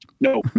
No